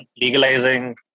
legalizing